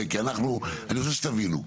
רוצה שתבינו,